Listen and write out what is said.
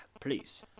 please